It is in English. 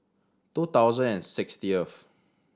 two thousand and sixtieth